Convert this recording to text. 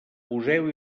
poseu